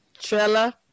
Trella